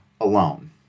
alone